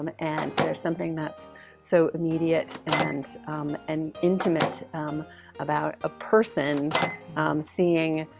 um and there's something that's so immediate and and intimate about a person seeing